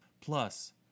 Plus